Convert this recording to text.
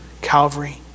Calvary